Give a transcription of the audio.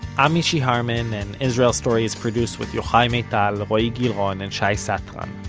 i'm mishy harman, and israel story is produced with yochai maital, roee gilron and shai satran.